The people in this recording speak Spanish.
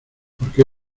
porque